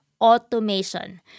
automation